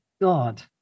god